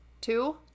Two